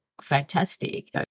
fantastic